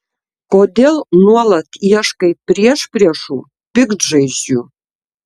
kodėl nuolat ieškai priešpriešų piktžaizdžių